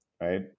right